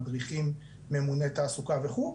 מדריכים ממוני תעסוקה וכו'.